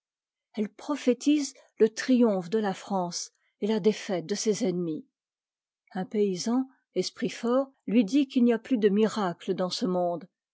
elle prophétise le triomphe de la france et la défaite de ses ennemis un paysan esprit fort lui dit qu'il n'y a plus de miracle dans ce monde